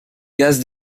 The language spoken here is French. gaz